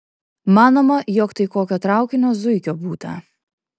manoma jog tai kokio traukinio zuikio būta